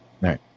right